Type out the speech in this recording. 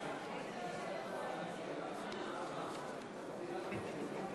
חבר הכנסת כבל.